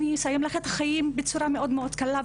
אני אסיים לך את החיים בצורה מאוד קלה,